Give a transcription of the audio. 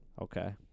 Okay